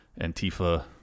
Antifa